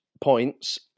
points